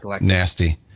Nasty